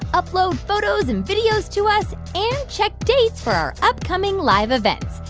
upload photos and videos to us and check dates for our upcoming live events.